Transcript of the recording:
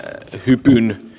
hypyn